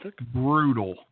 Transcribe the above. brutal